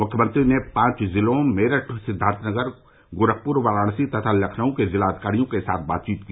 मुख्यमंत्री ने पांच जिलों मेरठ सिद्वार्थनगर गोरखपुर वाराणसी तथा लखनऊ के जिलाधिकारियों के साथ बातचीत की